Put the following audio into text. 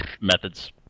Methods